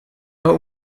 but